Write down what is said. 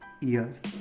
years